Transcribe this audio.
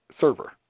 server